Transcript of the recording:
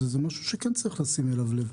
זה משהו שכן צריך לשים אליו לב.